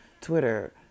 twitter